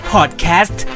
Podcast